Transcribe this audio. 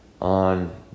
on